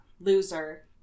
loser